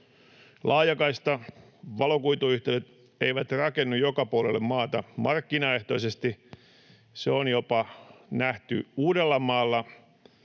Laajakaista, valokuituyhteydet, ei rakennu joka puolelle maata markkinaehtoisesti. Se on jopa nähty Uudellamaalla